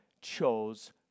chose